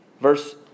Verse